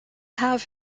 have